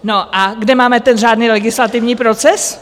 No a kde máme ten řádný legislativní proces?